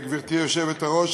גברתי היושבת-ראש,